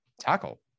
tackle